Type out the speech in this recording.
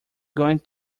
going